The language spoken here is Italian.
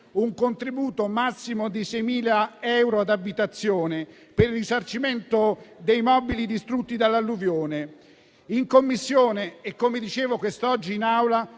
un contributo massimo di 6.000 euro ad abitazione per risarcimento dei mobili distrutti dall'alluvione. In Commissione - come dicevo quest'oggi in Aula